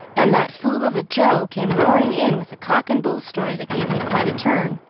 and that fool of a joe came roaring in with a cock-and-bull story that gave me quite a turn.